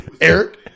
Eric